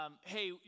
hey